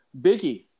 Biggie